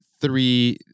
three